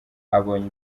abonye